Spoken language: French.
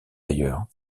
ailleurs